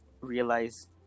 realize